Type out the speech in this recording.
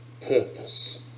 purpose